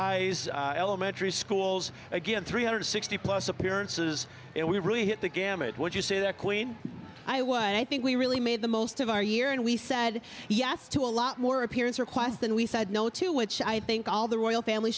highs elementary schools again three hundred sixty plus appearances and we really hit the gamut what you say that i was i think we really made the most of our year and we said yes to a lot more appearance requests than we said no to which i think all the royal family